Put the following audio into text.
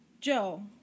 Joe